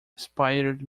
inspired